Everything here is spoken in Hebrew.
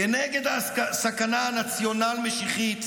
כנגד הסכנה הנציונל-משיחית